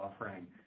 offering